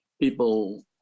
people